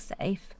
safe